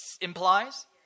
implies